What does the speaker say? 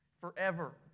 forever